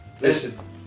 Listen